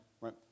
right